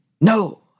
No